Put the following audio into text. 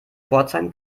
pforzheim